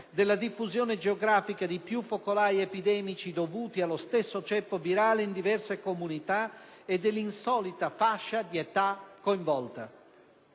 della diffusione geografica di più focolai epidemici dovuti allo stesso ceppo virale in diverse comunità e dell'insolita fascia di età coinvolta.